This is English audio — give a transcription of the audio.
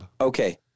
Okay